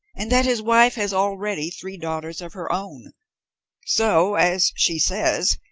and that his wife has already three daughters of her own so, as she says,